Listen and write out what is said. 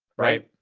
right?